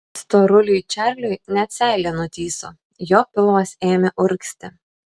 storuliui čarliui net seilė nutįso jo pilvas ėmė urgzti